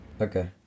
Okay